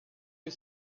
que